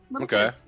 Okay